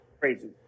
crazy